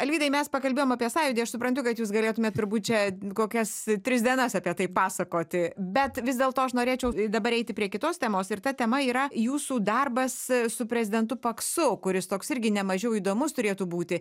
alvydai mes pakalbėjom apie sąjūdį aš suprantu kad jūs galėtumėt turbūt čia kokias tris dienas apie tai pasakoti bet vis dėlto aš norėčiau dabar eiti prie kitos temos ir ta tema yra jūsų darbas su prezidentu paksu kuris toks irgi nemažiau įdomus turėtų būti